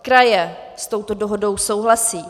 Kraje s touto dohodou souhlasí.